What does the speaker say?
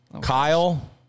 Kyle